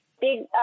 big